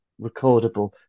recordable